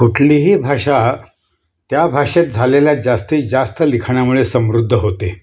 कुठलीही भाषा त्या भाषेत झालेल्या जास्तीत जास्त लिखाणामुळे समृद्ध होते